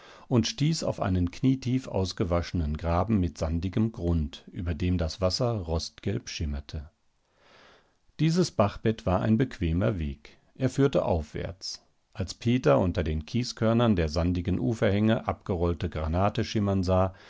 und stieß auf einen knietief ausgewaschenen graben mit sandigem grund über dem das wasser rostgelb schimmerte dieses bachbett war ein bequemer weg er führte aufwärts als peter unter den kieskörnern der sandigen uferhänge abgerollte granate schimmern sah